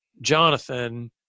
Jonathan